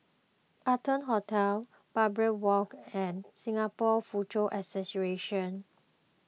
Arton Hotel Barbary Walk and Singapore Foochow Association